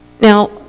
Now